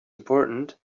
important